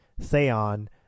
theon